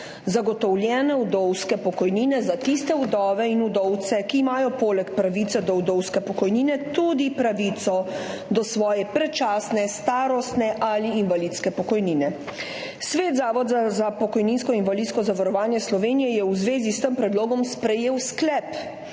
zagotovljene vdovske pokojnine za tiste vdove in vdovce, ki imajo poleg pravice do vdovske pokojnine tudi pravico do svoje predčasne starostne ali invalidske pokojnine. Svet Zavoda za pokojninsko in invalidsko zavarovanje Slovenije je v zvezi s tem predlogom sprejel sklep,